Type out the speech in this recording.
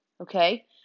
Okay